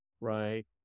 Right